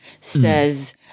says